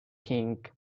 king